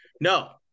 No